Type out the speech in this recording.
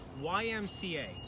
YMCA